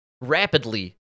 rapidly